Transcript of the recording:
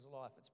life